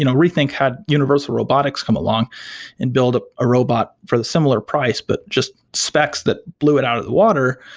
you know rethink had universal robotics come along and build a ah robot for the similar price, but just specs that blew it out of the water.